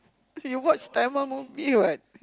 you watch Tamil movie [what]